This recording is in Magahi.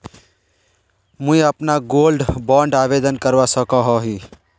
मुई अपना गोल्ड बॉन्ड आवेदन करवा सकोहो ही?